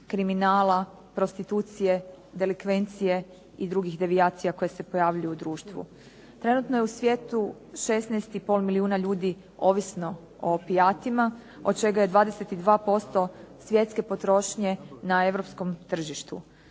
kriminala, prostitucije, delikvencije i drugih devijacija koje se pojavljuju u društvu. Trenutno je u svijetu 16,5 milijuna ljudi ovisno o opijatima od čega je 22% svjetske potrošnje na europskom tržištu.